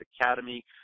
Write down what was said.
Academy